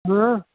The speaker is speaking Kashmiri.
اۭں